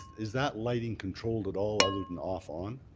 is that lighting controlled at all other than off on?